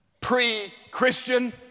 pre-Christian